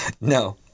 No